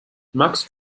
magst